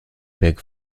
big